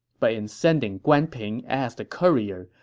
but in sending guan ping as the courier,